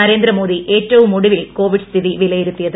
നരേന്ദ്രമോദി ഏറ്റവും ഒടുവിൽ കോവിഡ് സ്ഥിതി വിലയിരുത്തിയത്